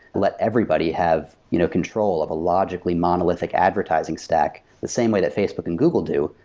let everybody have you know control of a logically monolithic advertising stack the same way that facebook and google do,